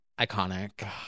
Iconic